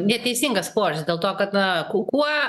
neteisingas požiūris dėl to kad na ku kuo